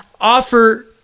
offer